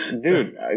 Dude